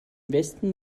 westen